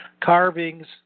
carvings